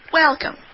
Welcome